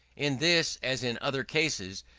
in this, as in other cases,